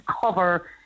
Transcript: cover